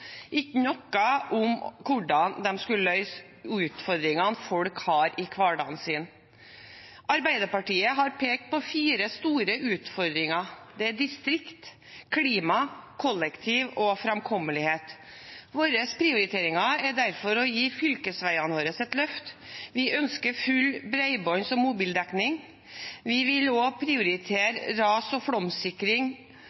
ikke noe om hvordan de skulle løse utfordringene folk har i hverdagen sin. Arbeiderpartiet har pekt på fire store utfordringer: distrikt, klima, kollektivtilbud og framkommelighet. Våre prioriteringer er derfor å gi fylkesveiene våre et løft. Vi ønsker full bredbånds- og mobildekning. Vi vil prioritere ras- og